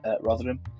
Rotherham